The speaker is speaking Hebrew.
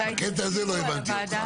בקטע הזה לא הבנתי אותך.